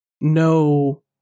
No